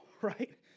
right